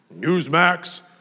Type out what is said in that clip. Newsmax